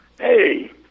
Hey